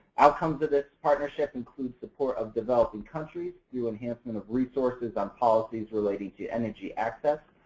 outcomes of this partnership include support of developing countries through enhancement of resources on policies relating to energy access,